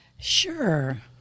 Sure